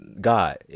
God